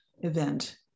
event